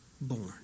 born